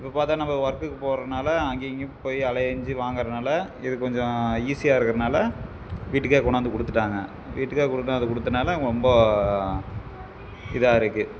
இப்போப் பார்த்தா நம்ம ஒர்க்குக்குப் போகிறனால அங்கேயும் இங்கேயும் போய் அலஞ்சு வாங்குறதனால இது கொஞ்சம் ஈஸியாக இருக்குறதனால வீட்டுக்கே கொண்ணாந்து கொடுத்துட்டாங்க வீட்டுக்கே கொண்ணாந்து கொடுத்தனால ரொம்ப இதாக இருக்குது